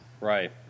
Right